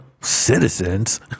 citizens